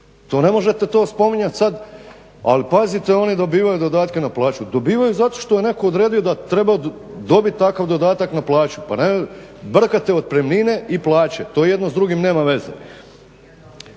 To ne možete to spominjat sad ali pazite oni dobivaju dodatke na plaću. Dobivaju zato što je netko odredio da treba dobit takav dodatak na plaću. Brkate otpremnine i plaće, to jedno s drugim nema veze.